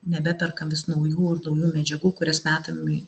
nebeperkam vis naujų ir naujų medžiagų kurias metam į